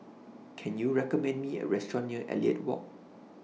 Can YOU recommend Me A Restaurant near Elliot Walk